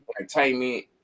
entertainment